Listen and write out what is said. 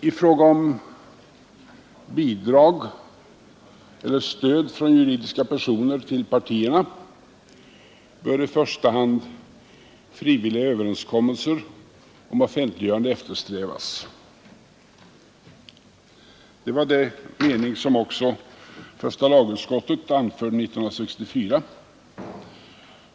I fråga om bidrag eller stöd från juridiska personer till partierna bör i första hand frivilliga överenskommelser om offentliggörande eftersträvas. — Det var den mening som också första lagutskottet anförde 1964.